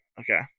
Okay